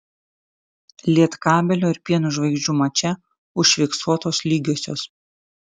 lietkabelio ir pieno žvaigždžių mače užfiksuotos lygiosios